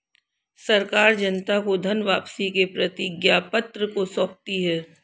सरकार जनता को धन वापसी के प्रतिज्ञापत्र को सौंपती है